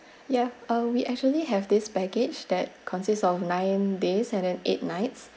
ya uh we actually have this package that consists of nine days and then eight nights